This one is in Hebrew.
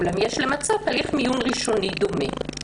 אולם יש למצות הליך מיון ראשוני דומה.